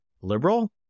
liberal